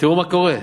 מה קורה,